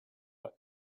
but